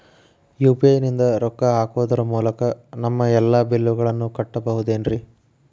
UPI ನಿಂದ ರೊಕ್ಕ ಹಾಕೋದರ ಮೂಲಕ ನಮ್ಮ ಎಲ್ಲ ಬಿಲ್ಲುಗಳನ್ನ ಕಟ್ಟಬಹುದೇನ್ರಿ?